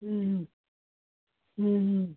ਹੂੰ ਹੂੰ ਹੂੰ ਹੂੰ